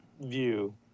view